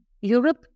Europe